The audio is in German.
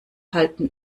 halten